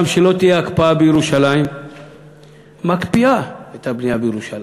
גם שלא תהיה הקפאה בירושלים מקפיאה את הבנייה בירושלים,